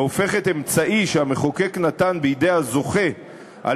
והופכת אמצעי שהמחוקק נתן בידי הזוכה על